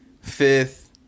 Fifth